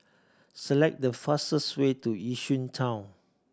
select the fastest way to Yishun Town